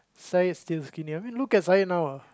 Zaid still skinnier I mean look at Zaid now ah